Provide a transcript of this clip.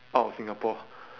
out of singapore